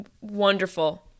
Wonderful